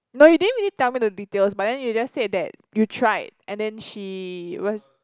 no you didn't really tell me the details but then you just said that you tried and then she was